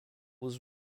was